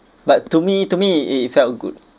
but to me to me it felt good